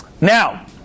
Now